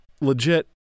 legit